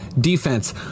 defense